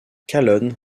calonne